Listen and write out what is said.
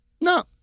No